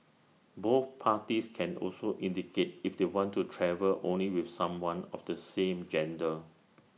both parties can also indicate if they want to travel only with someone of the same gender